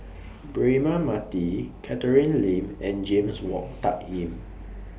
Braema Mathi Catherine Lim and James Wong Tuck Yim